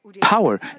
power